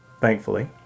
thankfully